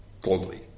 globally